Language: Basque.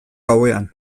gauean